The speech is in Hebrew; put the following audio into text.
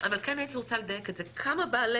אבל כן הייתי רוצה לדייק את זה: כמה בעלי